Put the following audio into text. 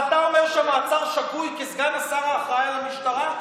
אתה אומר שהמעצר שגוי כסגן השר האחראי למשטרה?